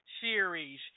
series